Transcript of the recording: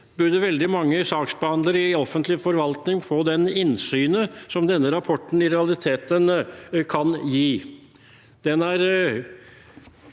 igjen: Veldig mange saksbehandlere i offentlig forvaltning burde få det innsynet som denne rapporten i realiteten kan gi.